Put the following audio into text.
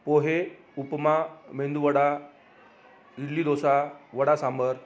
पोहे upma medu vada idli dosa vada sambar